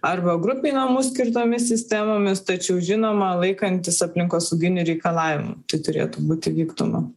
arba grupei namų skirtomis sistemomis tačiau žinoma laikantis aplinkosauginių reikalavimų tai turėtų būti vykdoma